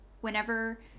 Whenever